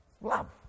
Love